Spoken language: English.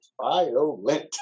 violent